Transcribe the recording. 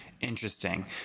Interesting